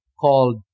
called